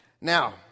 Now